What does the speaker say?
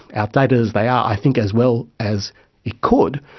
outdated as they are, i think as well as it could,